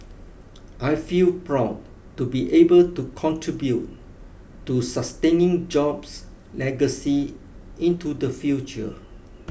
I feel proud to be able to contribute to sustaining Jobs' legacy into the future